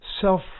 self